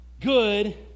good